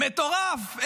מטורף.